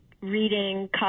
reading